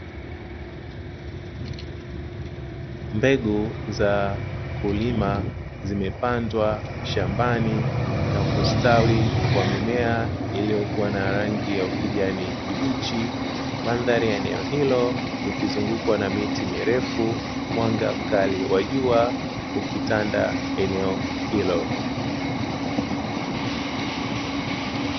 Mbegu za kulima zimepandwa shambani na kustawi kwa mimea iliyokuwa na rangi ya ukijani kibichi mandhari ya eneo hilo likizungukwa na miti mirefu, mwanga mkali wa jua ukitanda eneo hilo.